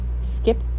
skip